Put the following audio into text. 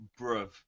Bruv